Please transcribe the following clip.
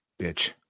bitch